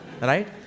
right